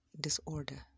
disorder